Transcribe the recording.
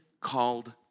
called